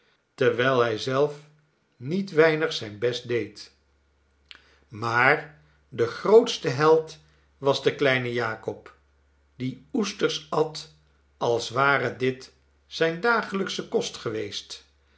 terwijl hij zelf niet weinig zijn best deed maar de grootste held was de kleine jakob die oesters at als ware dit zijn dagelijksche kost geweest